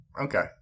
Okay